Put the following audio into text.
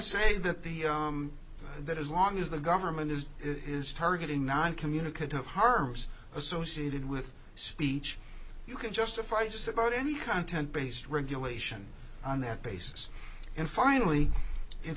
say that the that as long as the government is is targeting non communicative harms associated with speech you can justify just about any content based regulation on that basis and finally it